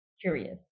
curious